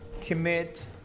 commit